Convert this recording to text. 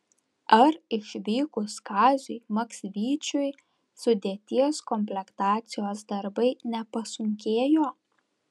ar išvykus kaziui maksvyčiui sudėties komplektacijos darbai nepasunkėjo